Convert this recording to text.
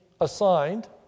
assigned